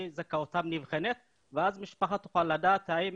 שזכאותם נבחנת ואז המשפחה תוכל לדעת האם